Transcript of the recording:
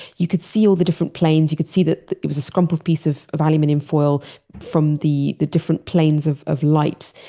you could see all the different planes, you could see that it was a crumpled piece of of aluminum foil from the different different planes of of light.